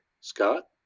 Scott